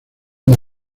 del